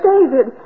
David